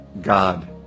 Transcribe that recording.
God